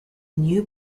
new